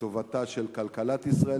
לטובתה של כלכלת ישראל,